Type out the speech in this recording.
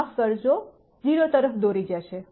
માફ કરશો 0 તરફ દોરી જશે